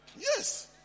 Yes